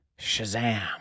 Shazam